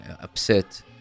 upset